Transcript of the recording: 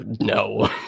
No